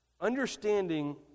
understanding